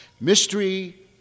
Mystery